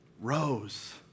rose